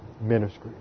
ministry